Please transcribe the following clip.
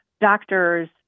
doctors